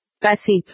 Passive